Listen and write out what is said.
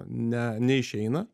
ne neišeina